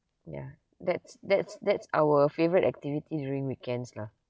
ya that's that's that's our favourite activity during weekends lah